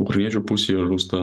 ukrainiečių pusėje rustan